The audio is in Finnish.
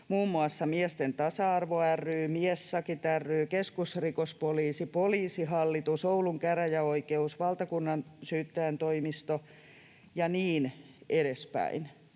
muun muassa Miesten tasa-arvo ry, Miessakit ry, keskusrikospoliisi, Poliisihallitus, Oulun käräjäoikeus, valtakunnansyyttäjän toimisto ja niin edespäin,